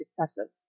successes